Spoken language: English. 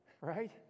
right